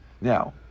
Now